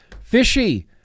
Fishy